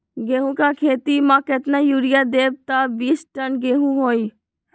गेंहू क खेती म केतना यूरिया देब त बिस टन गेहूं होई?